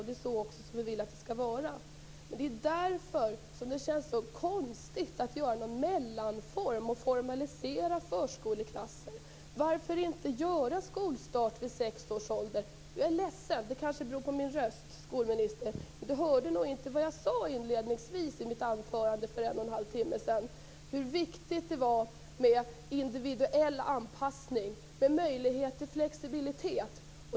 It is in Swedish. Det är så vi vill att det skall vara. Det är därför som det känns så konstigt att göra en mellanform och formalisera förskoleklasser. Varför inte göra skolstart vid sex års ålder? Jag är ledsen att skolministern tydligen inte hörde vad jag sade inledningsvis i mitt anförande för en och en halv timme sedan om hur viktigt det är med individuell anpassning och möjlighet till flexibilitet.